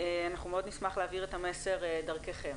אנחנו מאוד נשמח להעביר את המסר דרככם.